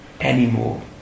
anymore